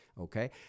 Okay